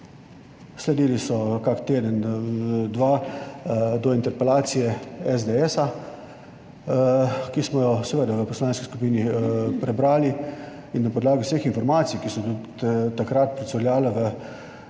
Sledili so kak teden, dva, do interpelacije SDS, ki smo jo seveda v poslanski skupini prebrali in na podlagi vseh informacij, ki so tudi takrat pricurljala v